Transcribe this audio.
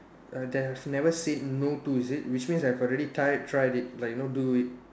uh that have never seen know to is it which means I have already try tried it like you know do it